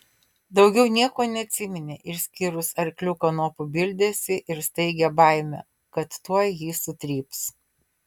daugiau nieko neatsiminė išskyrus arklių kanopų bildesį ir staigią baimę kad tuoj jį sutryps